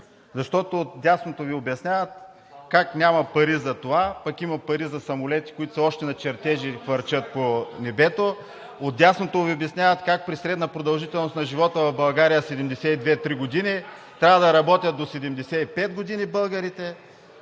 Защото от дясното Ви обясняват как няма пари за това, пък има пари за самолети, които са още на чертежи, и хвърчат по небето. От дясното Ви обясняват как при средна продължителност на живота в България 72-73 години българите трябва да работят до 75 г., защото